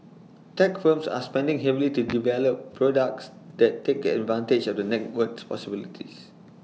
tech firms are spending heavily to develop products that take advantage of the network's possibilities